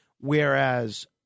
whereas